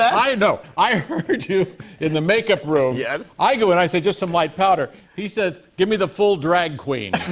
no. i heard you in the make-up room. yeah i go and i say, just some light powder. he says, give me the full drag queen.